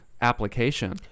application